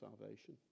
salvation